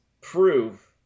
prove